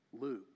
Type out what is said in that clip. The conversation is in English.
Luke